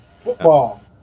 football